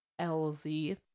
LZ